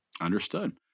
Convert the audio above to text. Understood